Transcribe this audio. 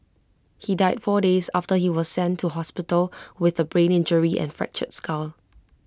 he died four days after he was sent to hospital with A brain injury and fractured skull